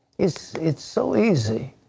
it's it's so easy.